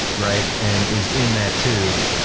right, and is in that tube,